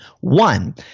One